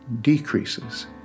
decreases